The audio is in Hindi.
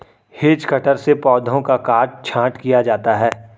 हेज कटर से पौधों का काट छांट किया जाता है